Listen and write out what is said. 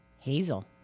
Hazel